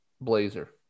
blazer